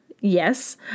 Yes